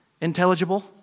intelligible